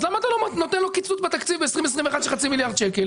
אז למה אתה לא נותן לו קיצוץ של חצי מיליארד שקלים